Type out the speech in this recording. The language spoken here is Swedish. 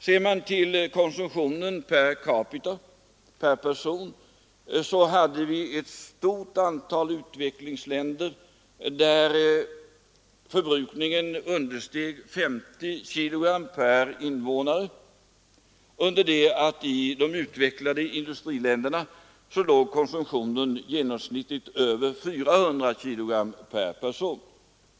Ser vi till konsumtionen per person, finner vi att i ett stort antal industriländer förbrukningen understeg 50 kg per invånare, under det att konsumtionen i de utvecklade industriländerna genomsnittligt låg över 400 kg per person.